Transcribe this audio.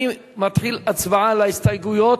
אני מתחיל בהצבעה על ההסתייגויות,